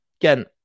again